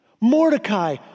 Mordecai